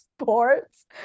sports